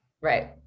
Right